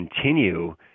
continue